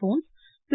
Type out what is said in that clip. bones Thiru